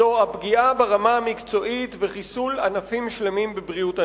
זו הפגיעה ברמה המקצועית וחיסול ענפים שלמים בבריאות הנפש.